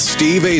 Steve